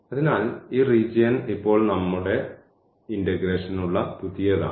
അതിനാൽ ഈ റീജിയൻ ഇപ്പോൾ നമ്മളുടെ ഇന്റഗ്രേഷനുള്ള പുതിയതാണ്